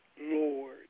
Lord